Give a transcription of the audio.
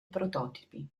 prototipi